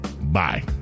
Bye